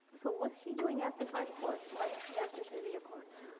so what is she doing at the qadi court? why is she at the sharia court?